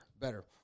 Better